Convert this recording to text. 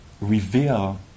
reveal